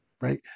right